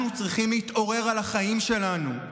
אנחנו צריכים להתעורר על החיים שלנו.